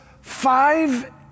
five